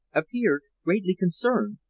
appeared greatly concerned,